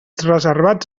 reservats